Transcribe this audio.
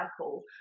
cycle